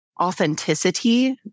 authenticity